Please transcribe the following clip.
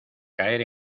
caer